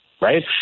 Right